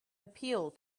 appeal